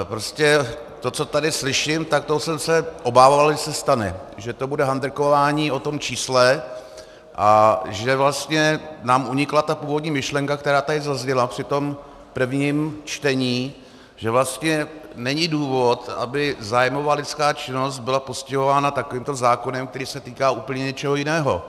Prostě to, co tady slyším, toho jsem se obával, že se stane, že to bude handrkování o tom čísle a že vlastně nám unikla ta původní myšlenka, která tady zazněla při prvním čtení, že vlastně není důvod, aby zájmová lidská činnost byla postihována takovýmto zákonem, který se týká úplně něčeho jiného.